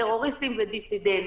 טרוריסטים ודיסידנטים.